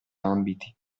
ambiti